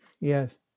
Yes